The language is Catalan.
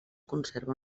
conserva